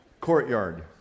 courtyard